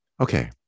okay